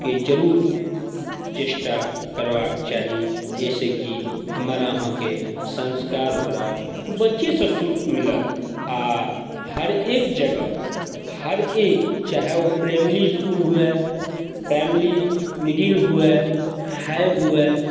के ज़रूर चेष्टा करबाक चाही जाहिसॅं की हमर अहाँके संस्कार ओकरा बच्चेसॅं मिलत आ हर एक जगह हर एक चाहे ओ प्राइमरी इसकुल हुए प्राइमरी मिडल हुए हाई हुए